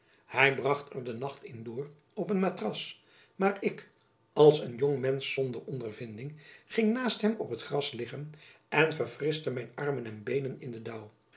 hy bracht er de nacht in door op een matras maar ik als een jong mensch zonder ondervinding ging naast hem op t gras liggen en verfrischte mijn armen en beenen in den dauw